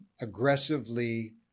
aggressively